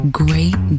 great